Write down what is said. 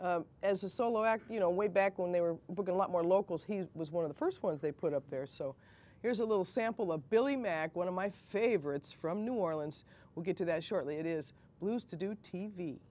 as a solo act you know way back when they were will go a lot more locals he was one of the first ones they put up there so here's a little sample of billy mack one of my favorites from new orleans we'll get to that shortly it is blues to do t